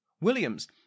Williams